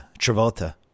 Travolta